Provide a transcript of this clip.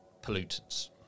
pollutants